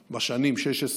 בשנים 2016,